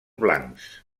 blancs